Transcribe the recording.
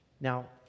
Now